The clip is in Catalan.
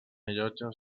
llotges